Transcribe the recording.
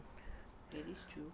that is true